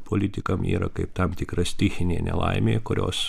politikam yra kaip tam tikra stichinė nelaimė kurios